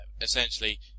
essentially